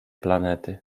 planety